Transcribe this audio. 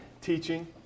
teaching